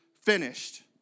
finished